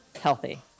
healthy